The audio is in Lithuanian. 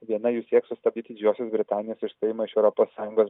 viena jų sieks sustabdyti didžiosios britanijos išstojimą iš europos sąjungos